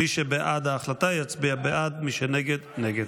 מי שבעד ההחלטה יצביע בעד, מי שנגד, נגד.